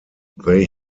they